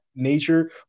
nature